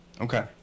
Okay